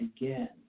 again